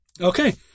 Okay